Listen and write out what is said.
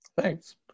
Thanks